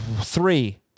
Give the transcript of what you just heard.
Three